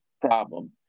problem